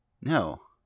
No